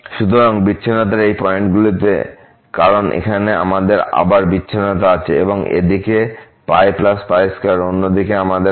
সুতরাং বিচ্ছিন্নতার এই পয়েন্টগুলিতে কারণ এখানে আমাদের আবার বিচ্ছিন্নতা আছে একদিকে আমাদের π2 অন্যদিকে আমাদের আছে π2